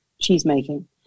cheese-making